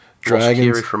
Dragons